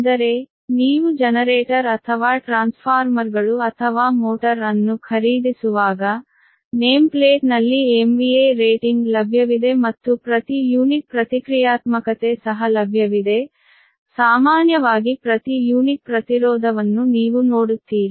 ಅಂದರೆ ನೀವು ಜನರೇಟರ್ ಅಥವಾ ಟ್ರಾನ್ಸ್ಫಾರ್ಮರ್ಗಳು ಅಥವಾ ಮೋಟರ್ ಅನ್ನು ಖರೀದಿಸುವಾಗ ನೇಮ್ ಪ್ಲೇಟ್ ನಲ್ಲಿ MVA ರೇಟಿಂಗ್ ಲಭ್ಯವಿದೆ ಮತ್ತು ಪ್ರತಿ ಯೂನಿಟ್ ಪ್ರತಿಕ್ರಿಯಾತ್ಮಕತೆ ಸಹ ಲಭ್ಯವಿದೆ ಸಾಮಾನ್ಯವಾಗಿ ಪ್ರತಿ ಯೂನಿಟ್ ಪ್ರತಿರೋಧವನ್ನು ನೀವು ನೋಡುತ್ತೀರಿ